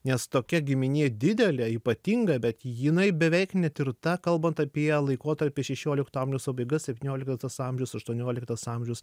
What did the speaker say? nes tokia giminė didelė ypatinga bet jinai beveik netirta kalbant apie laikotarpį šešiolikto amžiaus pabaiga septynioliktas amžius aštuonioliktas amžius